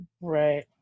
right